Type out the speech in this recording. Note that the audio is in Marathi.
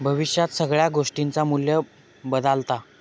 भविष्यात सगळ्या गोष्टींचा मू्ल्य बदालता